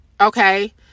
okay